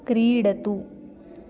क्रीडतु